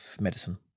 medicine